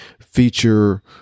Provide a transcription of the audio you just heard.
feature